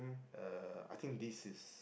uh I think this is